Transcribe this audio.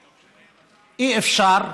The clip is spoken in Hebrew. אי-אפשר,